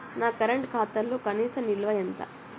నా కరెంట్ ఖాతాలో కనీస నిల్వ ఎంత?